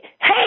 hey